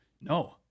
No